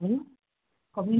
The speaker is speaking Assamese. অ'